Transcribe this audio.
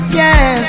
yes